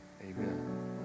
Amen